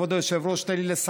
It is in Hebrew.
כבוד היושב-ראש, תן לי לסכם.